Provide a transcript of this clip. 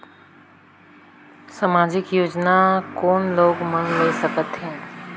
समाजिक योजना कोन लोग मन ले सकथे?